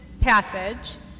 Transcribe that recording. passage